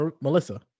Melissa